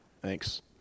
Thanks